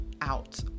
out